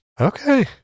okay